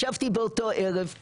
ישבתי באותו ערב.